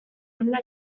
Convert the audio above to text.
honenak